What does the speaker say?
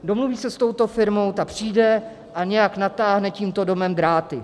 Domluví se s touto firmou, ta přijde a nějak natáhne tímto domem dráty.